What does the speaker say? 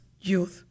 Youth